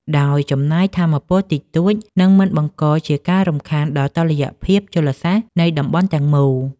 ដោយចំណាយថាមពលតិចតួច និងមិនបង្កជាការរំខានដល់តុល្យភាពជលសាស្ត្រនៃតំបន់ទាំងមូល។